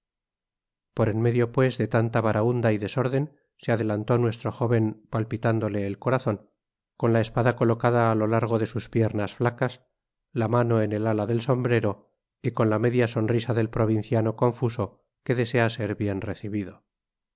por en medio pues de tanta barahunda y desorden se adelantó nuestro jóven palpitándole el corazon con la espada colocada á lo largo de sus piernas ftacas la mano en el ala del sombrero y con la media sonrisa del provinciano confuso que desea ser bien recibido